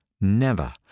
Never